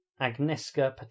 Agneska